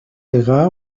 degà